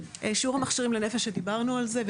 שיעור המכשירים לנפש שדיברנו על זה,